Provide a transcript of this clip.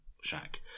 shack